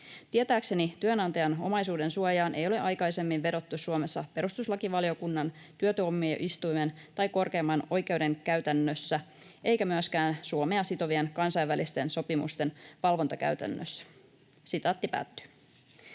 Tietääkseni työnantajan omaisuudensuojaan ei ole aikaisemmin vedottu Suomessa perustuslakivaliokunnan, työtuomioistuimen tai korkeimman oikeuden käytännössä eikä myöskään Suomea sitovien kansainvälisten sopimusten valvontakäytännössä.” Tämän